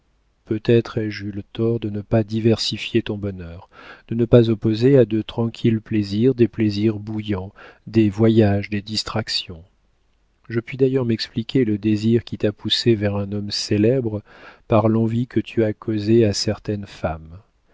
peut-être ai-je eu le tort de ne pas diversifier ton bonheur de ne pas opposer à de tranquilles plaisirs des plaisirs bouillants des voyages des distractions je puis d'ailleurs m'expliquer le désir qui t'a poussée vers un homme célèbre par l'envie que tu as causée à certaines femmes